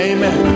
Amen